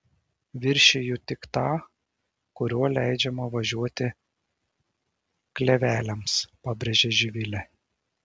viršiju tik tą kuriuo leidžiama važiuoti kleveliams pabrėžė živilė